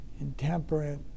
intemperate